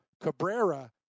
Cabrera